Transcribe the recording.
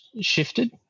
shifted